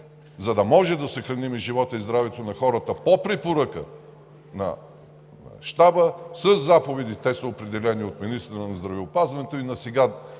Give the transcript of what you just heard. за да можем да съхраним живота и здравето на хората по препоръка на Щаба, със заповеди, естествено, предявени от министъра на здравеопазването и на сега